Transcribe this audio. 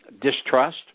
distrust